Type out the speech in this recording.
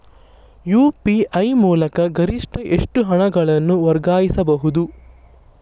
UPI ಮೂಲಕ ಗರಿಷ್ಠ ಎಷ್ಟು ಹಣವನ್ನು ವರ್ಗಾಯಿಸಬಹುದು?